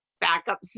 backup